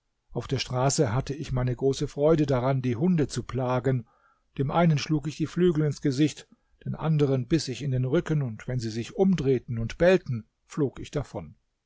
auf der straße hatte ich meine große freude daran die hunde zu plagen dem einen schlug ich die flügel ins gesicht den anderen biß ich in den rücken und wenn sie sich umdrehten und bellten flog ich davon